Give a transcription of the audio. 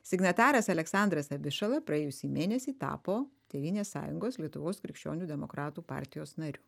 signataras aleksandras abišala praėjusį mėnesį tapo tėvynės sąjungos lietuvos krikščionių demokratų partijos nariu